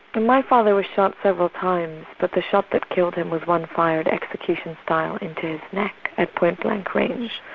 and my father was shot several times, but the shot that killed him was one fired execution-style into his neck and point blank range.